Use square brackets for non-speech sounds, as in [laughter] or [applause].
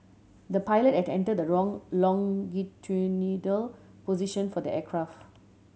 the pilot had enter the wrong [unintelligible] position for the aircraft